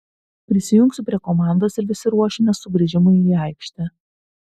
prisijungsiu prie komandos ir visi ruošimės sugrįžimui į aikštę